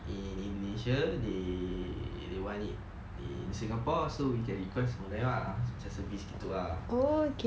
in indonesia they they want it in singapore so we can request from there ah macam service gitu ah